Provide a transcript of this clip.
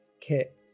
Kit